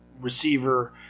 receiver